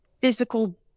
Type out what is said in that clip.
physical